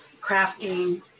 crafting